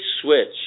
switch